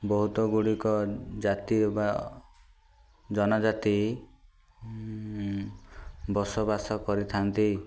ବହୁତ ଗୁଡ଼ିକ ଜାତି ବା ଜନଜାତି ବସବାସ କରିଥାନ୍ତି